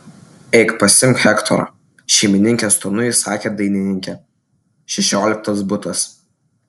eik pasiimk hektorą šeimininkės tonu įsakė dainininkė šešioliktas butas